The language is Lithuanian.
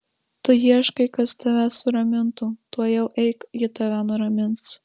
tu ieškai kas tave suramintų tuojau eik ji tave nuramins